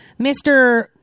Mr